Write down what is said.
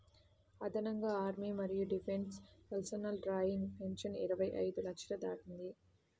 అదనంగా ఆర్మీ మరియు defence personnel drawing pension ఇరవై ఐదు లక్షలు దాటింది